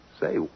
Say